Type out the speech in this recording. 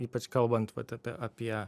ypač kalbant vat apie apie